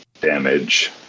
damage